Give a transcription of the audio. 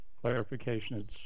clarification